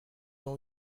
ont